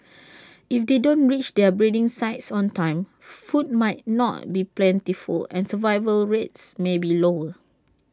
if they don't reach their breeding sites on time food might not be plentiful and survival rates may be lower